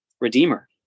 redeemer